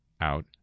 out